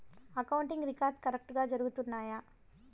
accounting records కరెక్టుగా జరుగుతున్నాయా